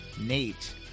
Nate